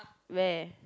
where